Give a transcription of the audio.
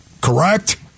Correct